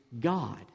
God